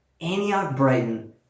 Antioch-Brighton